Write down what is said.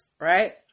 right